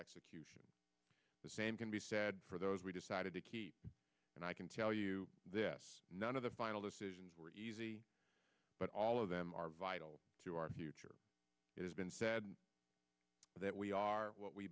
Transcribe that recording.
execution the same can be said for those we decided to keep and i can tell you this none of the final decisions were easy but all of them are vital to our future is been said that we are what we